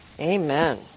Amen